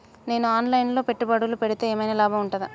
నేను online లో పెట్టుబడులు పెడితే ఏమైనా లాభం ఉంటదా?